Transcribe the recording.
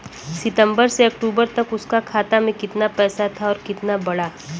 सितंबर से अक्टूबर तक उसका खाता में कीतना पेसा था और कीतना बड़ा?